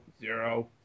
zero